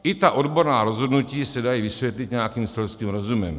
I ta odborná rozhodnutí se dají vysvětlit nějakým selským rozumem.